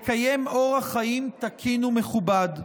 לקיים אורח חיים תקין ומכובד.